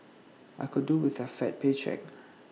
I could do with A fat paycheck